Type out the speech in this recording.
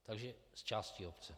Takže z části obce.